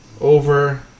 over